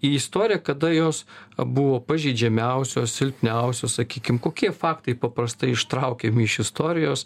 į istoriją kada jos a buvo pažeidžiamiausios silpniausios sakykim kokie faktai paprastai ištraukiami iš istorijos